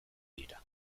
dira